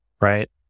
right